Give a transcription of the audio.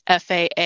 FAA